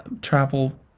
travel